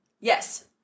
Yes